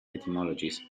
etymologies